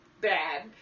bad